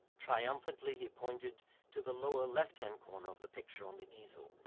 triumphantly he pointed to the lower left-hand corner of the picture on the easel,